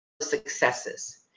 successes